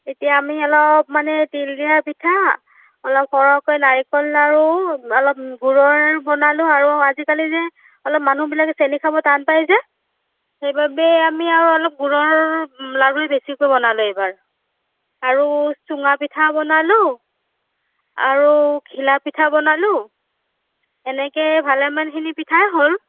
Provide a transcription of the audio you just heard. এতিয়া আমি অলপ মানে তিল দিয়া পিঠা অলপ সৰহকৈ নাৰিকল লাড়ু অলপ গুৰৰ বনালোঁ আৰু আজিকালি যে অলপ মানুহবিলাকে চেনি খাব টান পাই যে সেইবাবে আমি আৰু অলপ গুৰৰ লাড়ুৱেই বেছিকৈ বনালোঁ এইবাৰ আৰু চুঙাপিঠা বনালোঁ আৰু ঘিলাপিঠা বনালোঁ এনেকৈ ভালেমানখিনি পিঠাই হ'ল